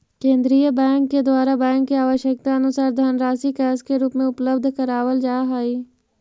केंद्रीय बैंक के द्वारा बैंक के आवश्यकतानुसार धनराशि कैश के रूप में उपलब्ध करावल जा हई